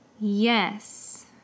Yes